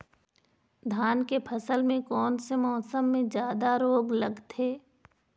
धान के फसल मे कोन से मौसम मे जादा रोग लगथे?